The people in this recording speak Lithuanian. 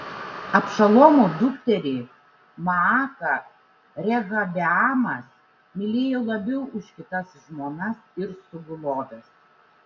abšalomo dukterį maaką rehabeamas mylėjo labiau už kitas žmonas ir suguloves